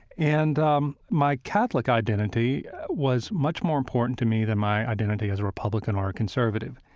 and um my catholic identity was much more important to me than my identity as a republican or a conservative.